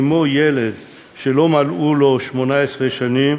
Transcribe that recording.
שלא מלאו לו 18 שנים